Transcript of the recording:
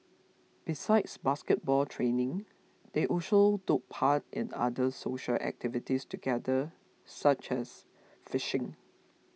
besides basketball training they also took part in other social activities together such as fishing